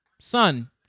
son